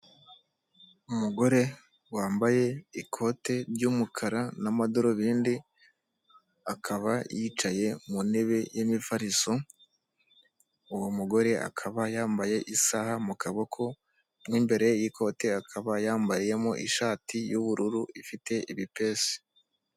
Umugore wambaye ikote ry'umukara n'amadarubindi; akaba yicaye mu ntebe y'imifariso; uwo mugore akaba yambaye isaha mu kaboko n'imbere y'ikote akaba yambayemo ishati y'ubururu ifite ibipesu.